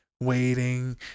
waiting